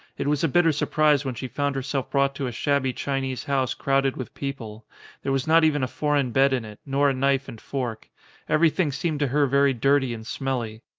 it was a bitter surprise when she found herself brought to a shabby chinese house crowded with people there was not even a foreign bed in it, nor a knife and fork everything seemed to her very dirty and smelly.